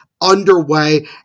underway